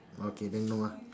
okay then no lah